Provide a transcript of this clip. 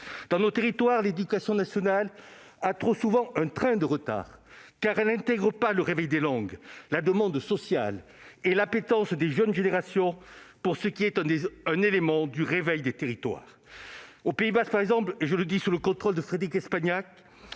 Dans nos territoires, l'éducation nationale a trop souvent un train de retard, car elle n'intègre pas le réveil des langues, la demande sociale et l'appétence des jeunes générations pour ce qui est un élément du réveil des territoires. Au Pays basque par exemple- je le dis sous le contrôle de Frédérique Espagnac